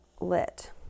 lit